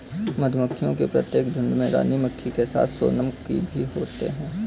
मधुमक्खियों के प्रत्येक झुंड में रानी मक्खी के साथ सोनम की भी होते हैं